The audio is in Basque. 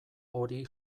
hori